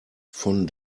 von